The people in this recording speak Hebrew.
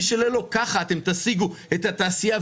ככה אתם תשיגו את התעשייה,